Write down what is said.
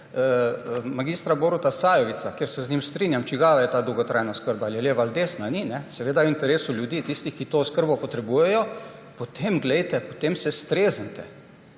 mag. Boruta Sajovica, ker se z njim strinjam, čigava je ta dolgotrajna oskrba, ali je leva ali desna. Ne, ni, seveda je v interesu ljudi, tistih, ki to oskrbo potrebujejo, potem poglejte, potem se streznite,